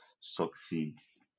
succeeds